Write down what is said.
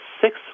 six